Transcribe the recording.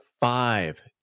five